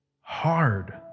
hard